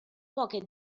poche